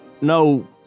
no